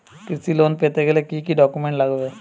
কৃষি লোন পেতে গেলে কি কি ডকুমেন্ট লাগবে?